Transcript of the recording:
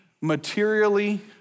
materially